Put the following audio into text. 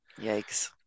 yikes